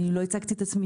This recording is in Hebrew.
אני לא הצגתי את עצמי,